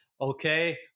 okay